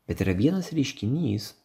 bet yra vienas reiškinys